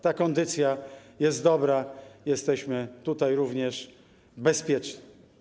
Ta kondycja jest dobra, jesteśmy również bezpieczni.